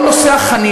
עכשיו,